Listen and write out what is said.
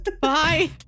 Bye